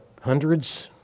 hundreds